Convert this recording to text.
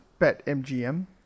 BetMGM